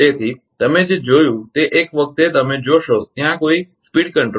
તેથી તમે જે જોયું તે એક વખત તમે જોશો ત્યાં કોઈ ગતિ નિયંત્રણ નથી